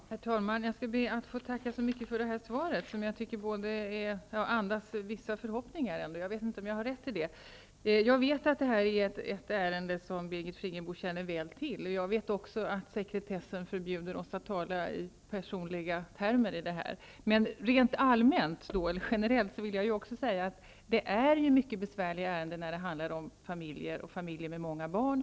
Herr talman! Jag ber att få tacka så mycket för svaret, som jag tycker andas vissa förhoppningar. Jag vet inte om jag har rätt i det. Jag vet att detta är ett ärende som Birgit Friggebo känner väl till. Jag vet också att sekretessen förbjuder oss att tala i personliga termer i den här frågan. Rent generellt vill jag säga att det är mycket besvärliga ärenden när det handlar om familjer, och familjer med många barn.